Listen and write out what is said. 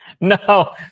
No